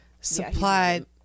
supplied